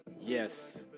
Yes